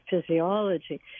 physiology